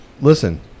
listen